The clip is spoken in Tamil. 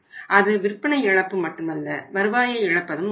அது விற்பனை இழப்பு மட்டுமல்ல வருவாயை இழப்பதும் ஆகும்